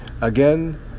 Again